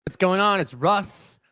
what's going on? it's russ.